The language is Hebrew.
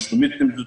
ושלומית נמצאת שם.